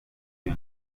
iyo